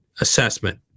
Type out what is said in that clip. assessment